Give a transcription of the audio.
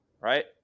right